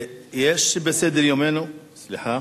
יש בסדר-יומנו, סליחה?